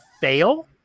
fail